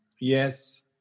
yes